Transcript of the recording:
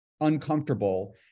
uncomfortable